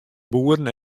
boeren